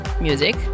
Music